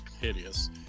Hideous